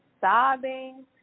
sobbing